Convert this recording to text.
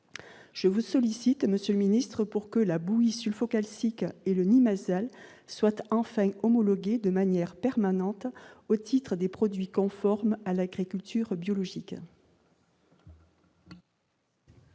Je souhaite ainsi que la bouillie sulfocalcique et le Neemazal soient enfin homologués de manière permanente au titre des produits conformes à l'agriculture biologique.